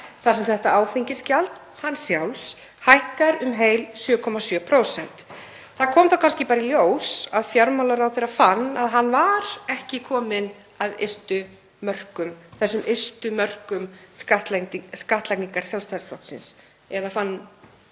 þar sem þetta áfengisgjald hans sjálfs hækkar um heil 7,7%. Það kom kannski í ljós að fjármálaráðherra fann að hann var ekki kominn að þessum ystu mörkum skattlagningar Sjálfstæðisflokksins eða fann